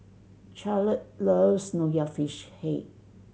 Charlotte loves Nonya Fish Head